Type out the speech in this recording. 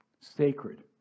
sacred